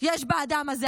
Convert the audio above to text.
יש באדם הזה.